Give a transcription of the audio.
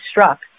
struck